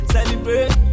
Celebrate